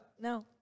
No